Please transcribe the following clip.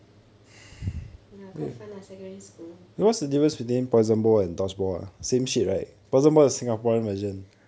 ya quite fun lah secondary school